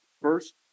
First